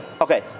Okay